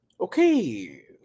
Okay